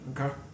okay